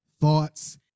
thoughts